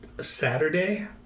Saturday